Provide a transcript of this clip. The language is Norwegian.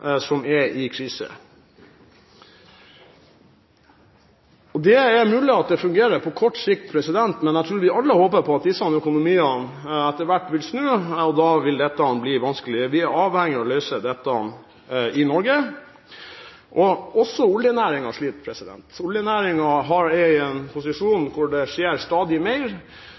som er i krise. Det er mulig at det fungerer på kort sikt, men jeg tror vi alle håper på at disse økonomiene etter hvert vil snu, og da vil dette bli vanskeligere. Vi er avhengig av å løse dette i Norge. Også oljenæringen sliter. Oljenæringen er i en posisjon hvor det skjer stadig mer.